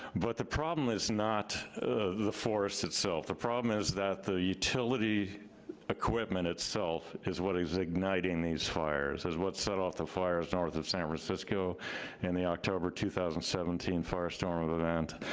but the problem is not the forest itself. the problem is that the utility equipment itself is what is igniting these fires, is what set off the fires north of san francisco in the october two thousand and seventeen firestorm of event,